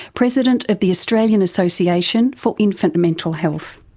president of the australian association for infant mental health.